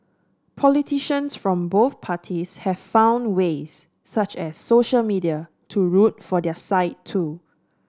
politicians from both parties have found ways such as social media to root for their side too